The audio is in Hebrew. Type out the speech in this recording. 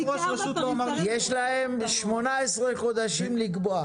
יש להם 18 חודשים לקבוע.